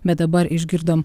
bet dabar išgirdom